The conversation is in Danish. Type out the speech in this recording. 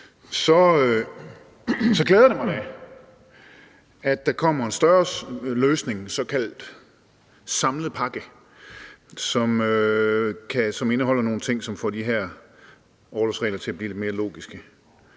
så glæder det mig da, at der kommer en større løsning, en såkaldt samlet pakke, som indeholder nogle ting, som får de her orlovsregler til at blive lidt mere logiske.